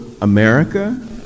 America